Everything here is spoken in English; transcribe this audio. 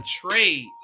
trade